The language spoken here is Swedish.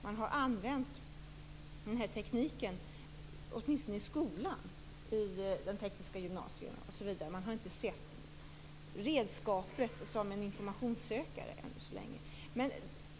Man har använt den här tekniken, åtminstone i skolan, på tekniska gymnasier osv. Man har inte sett redskapet som en informationssökare än så länge.